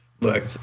Look